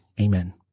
Amen